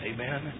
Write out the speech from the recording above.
Amen